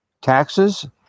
taxes